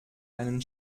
einen